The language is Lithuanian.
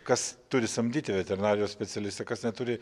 kas turi samdyti veterinarijos specialistą kas neturi